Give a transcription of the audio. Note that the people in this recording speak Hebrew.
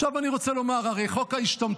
עכשיו אני רוצה לומר, הרי חוק ההשתמטות,